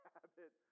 habit